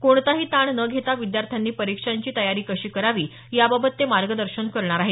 कोणताही ताण न घेता विद्यार्थ्यांनी परीक्षांची तयारी कशी करावी याबाबत ते मार्गदर्शन करणार आहेत